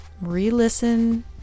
re-listen